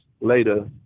later